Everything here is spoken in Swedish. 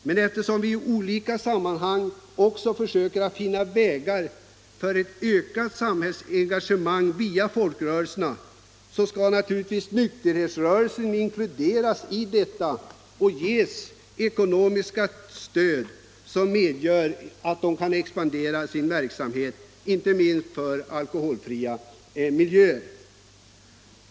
Men eftersom vi i olika sammanhang försöker finna vägar för ett ökat samhällsengagemang via folkrörelserna skall naturligtvis nykterhetsrörelsen inkluderas i detta och ges ekonomiskt stöd som medger att dess verksamhet kan expandera och då inte minst arbetet för alkoholfria miljöer.